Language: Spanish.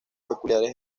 peculiares